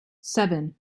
seven